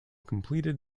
completed